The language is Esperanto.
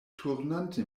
turnante